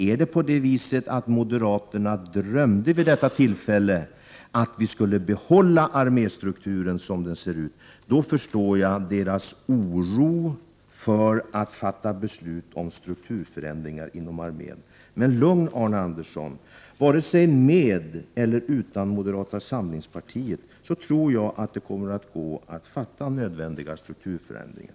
Är det på det viset att moderaterna drömde vid det tillfället om att vi skulle behålla arméstrukturen som den ser ut, förstår jag deras oro för att fatta beslut om strukturförändringar inom armén. Men var lugn, Arne Andersson, för vare sig moderaterna är med eller inte tror jag att det kommer att gå att fatta beslut om nödvändiga strukturförändringar.